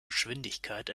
geschwindigkeit